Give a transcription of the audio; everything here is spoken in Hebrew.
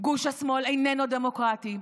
גוש השמאל איננו דמוקרטי.